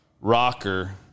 rocker